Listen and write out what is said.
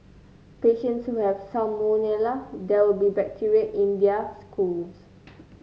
patients who have salmonella there will be bacteria in their schools